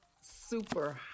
Super